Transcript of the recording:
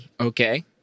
okay